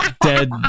dead